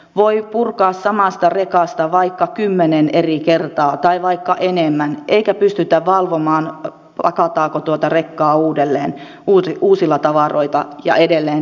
voi purkaa samasta rekasta vaikka kymmenen eri kertaa tai vaikka enemmän eikä pystytä valvomaan pakataanko tuota rekkaa uudelleen uusilla tavaroilla ja puretaanko niitä edelleen